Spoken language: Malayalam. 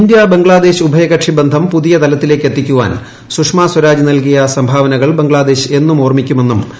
ഇൻഡ്യ ബംഗ്ലാദേശ് ഉഭയകക്ഷി ബന്ധം പുതിയ തലത്തിലേക്ക് എത്തിക്കുവാൻ സുഷമ സ്വരാജ് നൽകിയ സംഭാവനകൾ ബംഗ്ലാദേശ് എന്നൂം ഓർമ്മിക്കുമെന്നും ശ്രീമതി